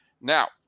Now